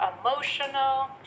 emotional